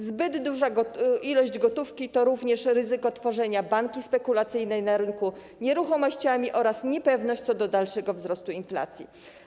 Zbyt duża ilość gotówki to również ryzyko tworzenia bańki spekulacyjnej na rynku nieruchomościami oraz niepewność co do dalszego wzrostu inflacji.